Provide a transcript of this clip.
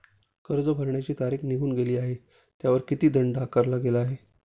कर्ज भरण्याची तारीख निघून गेली आहे त्यावर किती दंड लागला आहे?